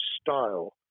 style